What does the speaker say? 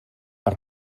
per